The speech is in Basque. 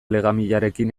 legamiarekin